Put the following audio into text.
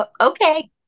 Okay